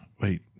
wait